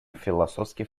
философский